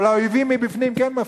אבל האויבים מבפנים כן מבחינים.